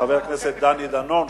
חבר הכנסת דני דנון,